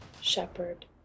shepherd